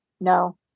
no